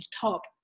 top